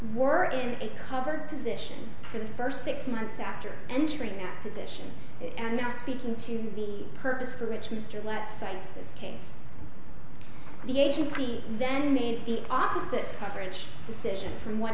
ere in a covered position for the first six months after entering a position and speaking to the purpose for which mr lott cites this case the agency then made the opposite coverage decision